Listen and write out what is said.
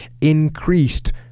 increased